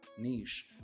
niche